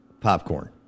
popcorn